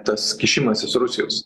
tas kišimasis rusijos